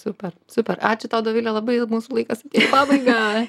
super super ačiū tau dovile labai mūsų laikas atėjo į pabaigą